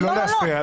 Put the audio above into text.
--- לא להפריע.